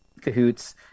CAHOOTS